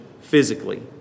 physically